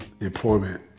employment